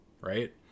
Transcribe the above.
right